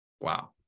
wow